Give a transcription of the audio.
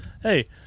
Hey